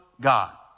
God